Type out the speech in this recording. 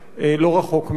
לא רחוק מעכו.